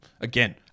again